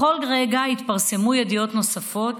בכל רגע התפרסמו ידיעות נוספות,